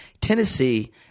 Tennessee